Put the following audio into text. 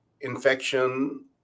infection